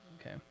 okay